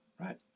right